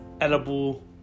edible